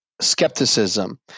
skepticism